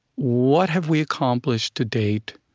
what have we accomplished to date,